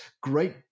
great